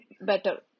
better